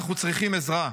אנחנו צריכים עזרה.